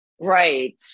Right